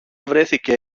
βρέθηκε